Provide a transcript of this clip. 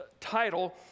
title